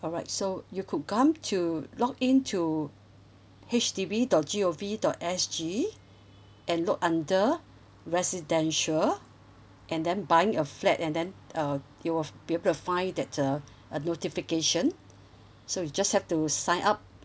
alright so you could come to login to H D B dot G O V dot S G and look under residential and then buying a flat and then uh you'll be able to find that uh a notification so you just have to sign up